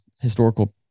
historical